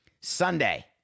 Sunday